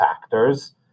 factors